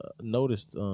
noticed